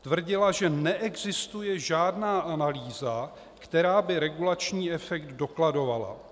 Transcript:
Tvrdila, že neexistuje žádná analýza, která by regulační efekt dokladovala.